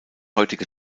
heutige